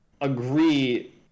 agree